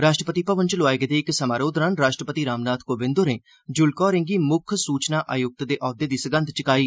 राष्ट्रपति भवन च लोआए गेदे इक समारोह दौरान राष्ट्रपति रामनाथ कोविंद होरें जुलका होरें'गी मुक्ख सूचना आयुक्त दे औह्द्वे दी सगंध चुकाई